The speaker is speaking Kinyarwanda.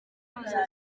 kaminuza